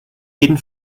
jeden